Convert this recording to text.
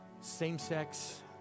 same-sex